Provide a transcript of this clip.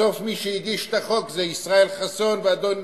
בסוף מי שהגיש את החוק זה ישראל חסון ואדון